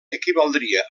equivaldria